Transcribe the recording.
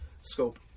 scope